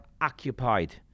occupied